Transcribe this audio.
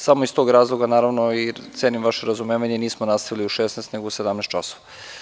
Samo iz tog razloga cenim vaše razumevanje i nismo nastavili u 16,00, nego u 17,00 časova.